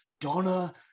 Donna